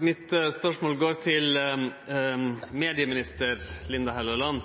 Mitt spørsmål går til medieminister Linda C. Hofstad Helleland.